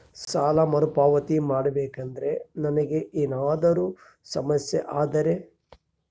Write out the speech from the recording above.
ಸಾಲ ಮರುಪಾವತಿ ಮಾಡಬೇಕಂದ್ರ ನನಗೆ ಏನಾದರೂ ಸಮಸ್ಯೆ ಆದರೆ?